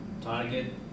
target